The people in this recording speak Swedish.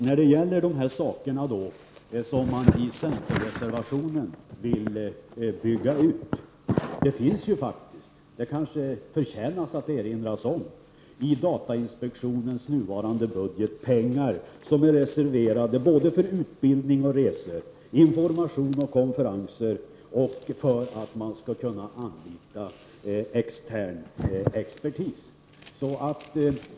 När det gäller de saker som man i centerreservationen vill bygga ut, vill jag påpeka att det förtjänas att erinras om att det i datainspektionens nuvarande budget finns pengar som är reserverade för utbildning och för resor, information och konferenser och för att man skall kunna anlita extern expertis.